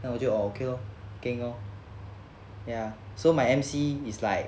then 我就 oh okay lor keng lor ya so my M_C is like